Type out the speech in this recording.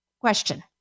Question